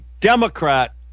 Democrat